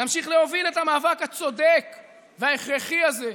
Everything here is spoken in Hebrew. נמשיך להוביל את המאבק הצודק וההכרחי הזה,